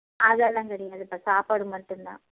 அதெல்லாம் கிடையாதுப்பா சாப்பாடு மட்டுந்தான்